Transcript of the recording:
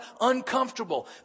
uncomfortable